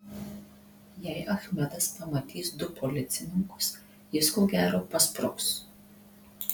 jei achmedas pamatys du policininkus jis ko gero paspruks